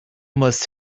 must